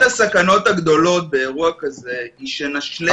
הסכנות הגדולות באירוע כזה היא שנשלה את עצמנו.